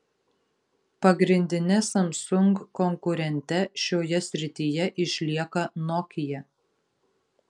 pagrindine samsung konkurente šioje srityje išlieka nokia